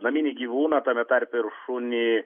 naminį gyvūną tame tarpe ir šunį